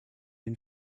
den